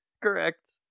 Correct